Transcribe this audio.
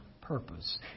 purpose